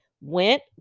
went